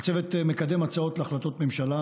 הצוות מקדם הצעות להחלטות ממשלה,